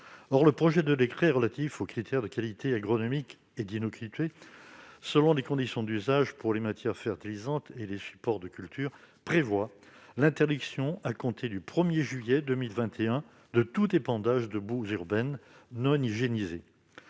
Or le projet de décret relatif aux critères de qualité agronomique et d'innocuité selon les conditions d'usage pour les matières fertilisantes et les supports de culture prévoit l'interdiction, à compter du 1 juillet 2021, de tout épandage de boues urbaines non hygiénisées.